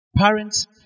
Parents